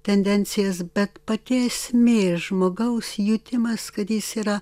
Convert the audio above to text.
tendencijas bet pati esmė žmogaus jutimas kad jis yra